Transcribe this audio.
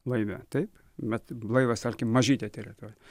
laive taip bet laivas tarkim mažytė teritorija